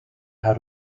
how